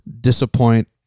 disappoint